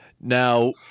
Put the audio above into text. Now